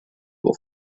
will